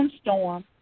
Storm